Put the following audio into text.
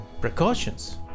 precautions